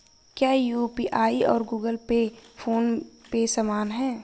क्या यू.पी.आई और Google Pay PhonePe समान हैं?